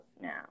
now